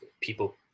people